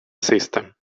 system